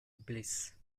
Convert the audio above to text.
bliss